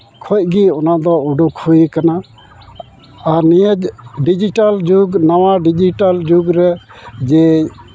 ᱠᱷᱚᱱᱜᱮ ᱚᱱᱟᱫᱚ ᱩᱰᱩᱠ ᱦᱩᱭ ᱟᱠᱟᱱᱟ ᱟᱨ ᱱᱤᱭᱟᱹ ᱰᱤᱡᱤᱴᱮᱹᱞ ᱡᱩᱜᱽ ᱱᱟᱣᱟ ᱰᱤᱡᱤᱴᱮᱹᱞ ᱡᱩᱜᱽ ᱨᱮ ᱡᱮ